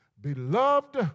beloved